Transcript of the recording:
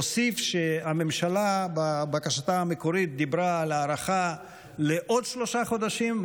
אוסיף שהממשלה בבקשתה המקורית דיברה על הארכה לעוד שלושה חודשים.